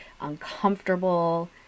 uncomfortable